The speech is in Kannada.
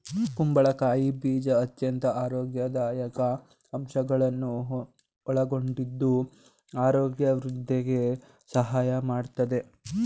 ಕುಂಬಳಕಾಯಿ ಬೀಜ ಅತ್ಯಂತ ಆರೋಗ್ಯದಾಯಕ ಅಂಶಗಳನ್ನು ಒಳಗೊಂಡಿದ್ದು ಆರೋಗ್ಯ ವೃದ್ಧಿಗೆ ಸಹಾಯ ಮಾಡತ್ತದೆ